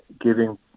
giving